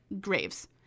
Graves